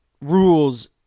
rules